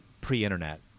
pre-internet